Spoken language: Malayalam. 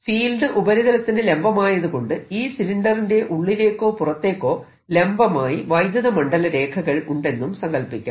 ഫീൽഡ് ഉപരിതലത്തിന് ലംബമായതുകൊണ്ട് ഈ സിലിണ്ടറിന്റെ ഉള്ളിലേക്കോ പുറത്തേക്കോ ലംബമായി വൈദ്യുത മണ്ഡല രേഖകൾ ഉണ്ടെന്നും സങ്കല്പിക്കാം